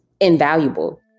invaluable